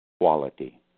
Quality